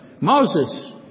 Moses